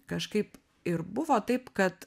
kažkaip ir buvo taip kad